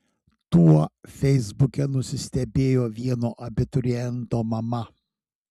tuo feisbuke nusistebėjo vieno abituriento mama